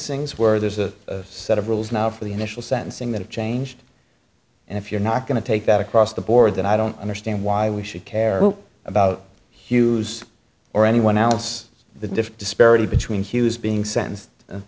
sings where there's a set of rules now for the initial sentencing that have changed and if you're not going to take that across the board that i don't understand why we should care about hughes or anyone else the diff disparity between hughes being sen